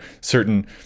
certain